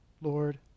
Lord